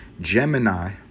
Gemini